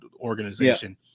organization